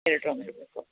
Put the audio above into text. ಎರಡು ರೂಮ್ ಇರಬೇಕು